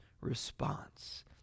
response